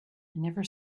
never